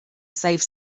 save